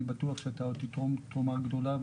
אני בטוח שאתה עוד תתרום תרומה גדולה.